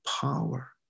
power